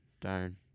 darn